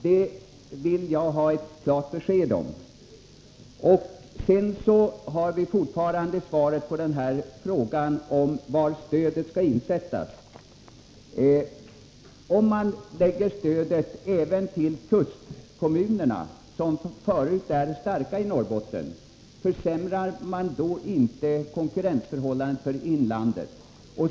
Det vill jag ha ett klart besked om. Jag efterlyser fortfarande svar på frågan om var stödet skall insättas. Om man lägger stödet även på kustkommunerna, som förut är starka i Norrbotten — försämrar man då inte konkurrensförhållandena för inlandet?